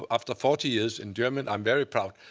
after forty years in german. i'm very proud.